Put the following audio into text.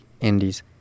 indies